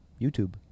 YouTube